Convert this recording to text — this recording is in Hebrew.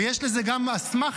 ויש לזה גם אסמכתה,